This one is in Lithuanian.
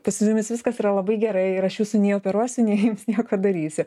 pas jumis viskas yra labai gerai ir aš jūsų nei neoperuosiu nes jums nieko darysiu